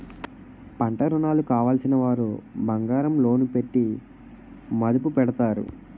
పంటరుణాలు కావలసినవారు బంగారం లోను పెట్టి మదుపు పెడతారు